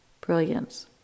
brilliance